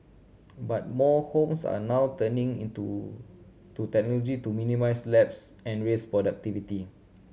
but more homes are now turning into to technology to minimise lapses and raise productivity